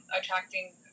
attracting